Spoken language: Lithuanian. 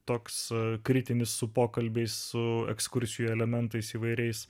toks kritinis su pokalbiai su ekskursijų elementais įvairiais